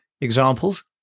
examples